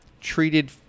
treated